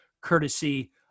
courtesy